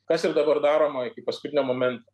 kas ir dabar daroma iki paskutinio momento